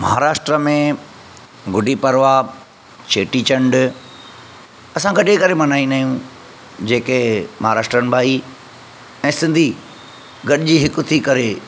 महाराष्ट्र में गुड़ी परवा चेटीचण्डु असां गॾे करे मनाईंदा आहियूं जेके महाराष्ट्रनि भाई ऐं सिंधी गॾिजी हिकु थी करे